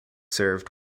served